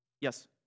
yes